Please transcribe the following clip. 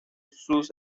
sus